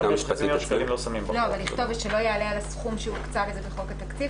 לא שמים בחוק --- אבל לכתוב: ושלא יעלה על הסכום שהוקצה בחוק התקציב?